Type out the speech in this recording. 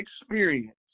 experience